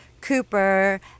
Cooper